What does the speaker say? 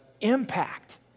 impact